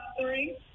three